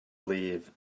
leave